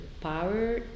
power